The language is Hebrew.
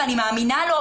ואני מאמינה לו.